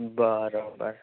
બરાબર